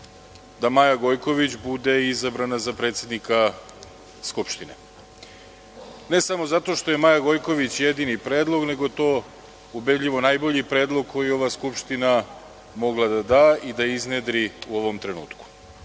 da Maja Gojković bude izabrana za predsednika Skupštine. Ne samo zato što je Maja Gojković jedini predlog, nego je to ubedljivo najbolji predlog koji ova Skupština mogla da da i da iznedri u ovom trenutku. Maja